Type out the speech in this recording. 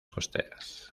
costeras